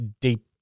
deep